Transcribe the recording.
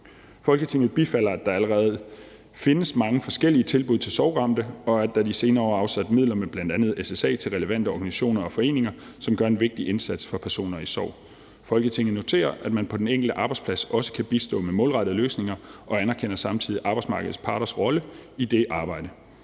Folketinget bifalder, at der allerede findes mange forskellige tilbud til sorgramte, samt at der de senere år er afsat midler med eksempelvis SSA til relevante organisationer og foreninger, som gør en vigtig indsats for personer i sorg. Folketinget noterer, at man på de enkelte arbejdspladser også kan bistå med målrettede løsninger, og anerkender samtidig arbejdsmarkedets parters rolle i det arbejde.